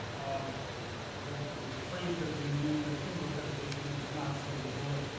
um the the phrase has been used, that single accreditation is not a silver bullet,